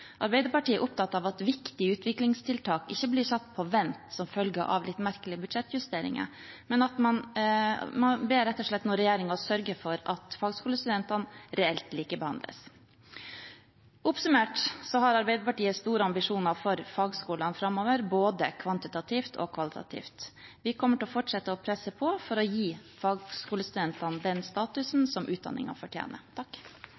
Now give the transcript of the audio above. Arbeiderpartiet er opptatt av at viktige utviklingstiltak ikke blir satt på vent som følge av litt merkelige budsjettjusteringer. Man ber rett og slett regjeringen sørge for at fagskolestudentene reelt likebehandles. Oppsummert har Arbeiderpartiet store ambisjoner for fagskolene framover både kvantitativt og kvalitativt. Vi kommer til å fortsette med å presse på for å gi fagskolestudentene den